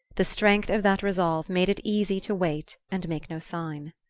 the strength of that resolve made it easy to wait and make no sign.